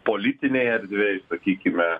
politinėje erdvėj sakykime